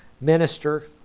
minister